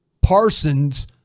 Parsons